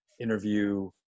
interview